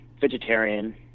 vegetarian